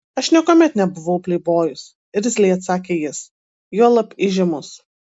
aš niekuomet nebuvau pleibojus irzliai atsakė jis juolab įžymus